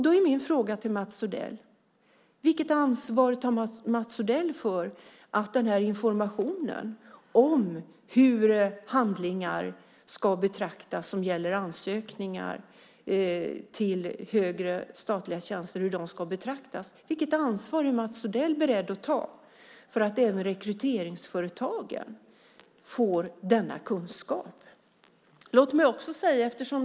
Då är min fråga till Mats Odell: Vilket ansvar tar Mats Odell för att även rekryteringsföretagen ska få den här informationen om hur handlingar som gäller ansökningar till högre statliga tjänster ska betraktas? Vilket ansvar är Mats Odell beredd att ta för att även rekryteringsföretagen ska få denna kunskap?